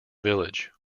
village